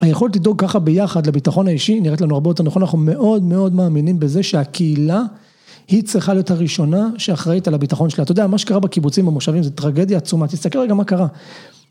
היכולת לדאוג ככה ביחד לביטחון האישי, נראית לנו הרבה יותר נכון, אנחנו מאוד מאוד מאמינים בזה שהקהילה היא צריכה להיות הראשונה שאחראית על הביטחון שלה, אתה יודע מה שקרה בקיבוצים ובמושבים זה טרגדיה עצומה, תסתכל רגע מה קרה